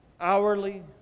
hourly